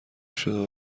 شده